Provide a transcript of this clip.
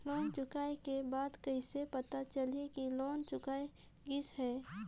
Loan चुकाय के बाद कइसे पता चलही कि लोन चुकाय गिस है?